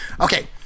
Okay